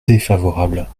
défavorable